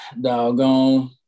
doggone